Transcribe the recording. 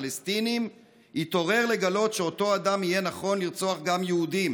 פלסטינים התעורר לגלות שאותו אדם יהיה נכון לרצוח גם יהודים,